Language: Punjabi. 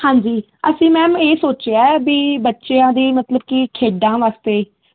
ਹਾਂਜੀ ਅਸੀਂ ਮੈਮ ਇਹ ਸੋਚਿਆ ਵੀ ਬੱਚਿਆਂ ਦੀ ਮਤਲਬ ਕਿ ਖੇਡਾਂ ਵਾਸਤੇ